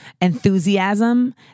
enthusiasm